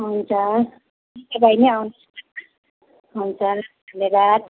हुन्छ हुन्छ धन्यवाद